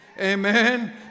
Amen